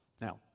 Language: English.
Now